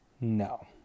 No